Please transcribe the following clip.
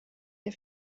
der